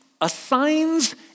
assigns